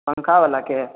पङ्खा बलाके